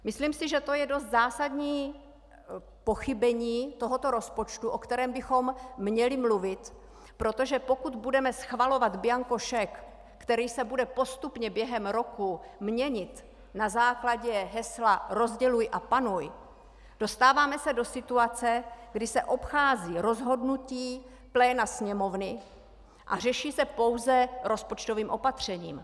Myslím si, že to je dost zásadní pochybení tohoto rozpočtu, o kterém bychom měli mluvit, protože pokud budeme schvalovat bianco šek, který se bude postupně během roku měnit na základě hesla rozděluj a panuj, dostáváme se do situace, kdy se obchází rozhodnutí pléna Sněmovny a řeší se pouze rozpočtovým opatřením.